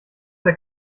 der